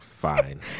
Fine